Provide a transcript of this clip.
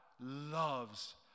loves